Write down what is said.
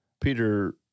Peter